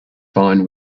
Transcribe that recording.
fine